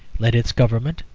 let its government,